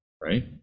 right